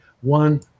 one